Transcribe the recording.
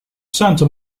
santa